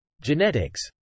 Genetics